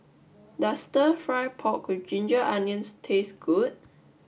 does Stir Fry Pork with Ginger Onions taste good